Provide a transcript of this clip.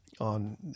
on